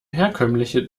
herkömmliche